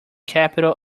capital